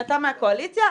אתה מהקואליציה,